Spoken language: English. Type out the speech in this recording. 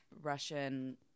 Russian